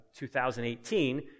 2018